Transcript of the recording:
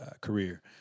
career